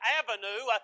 avenue